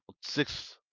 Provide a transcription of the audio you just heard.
Six